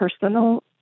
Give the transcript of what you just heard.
personal